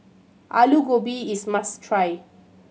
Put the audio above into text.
Aloo Gobi is must try